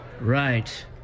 Right